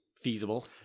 feasible